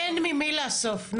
אין ממי לאסוף.